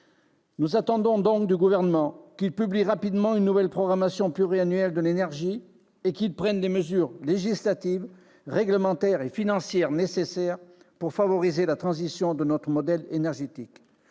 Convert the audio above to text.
Nous attendons donc du Gouvernement qu'il publie rapidement une nouvelle programmation pluriannuelle de l'énergie et qu'il prenne les mesures législatives, réglementaires et financières nécessaires pour favoriser la transition de notre modèle énergétique.